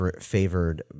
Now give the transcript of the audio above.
favored